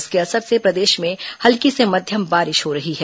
इसके असर से प्रदेश में हल्की से मध्यम बारिश हो रही है